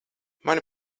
mani